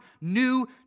new